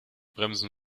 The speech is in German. bremse